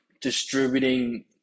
distributing